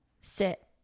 sit